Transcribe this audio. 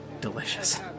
delicious